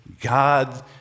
God